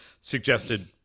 suggested